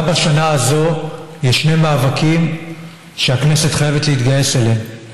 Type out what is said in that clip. גם בשנה הזאת יש שני מאבקים שהכנסת חייבת להתגייס אליהם.